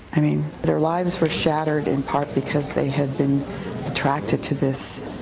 i mean their lives were shattered in part because they had been attracted to this